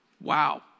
Wow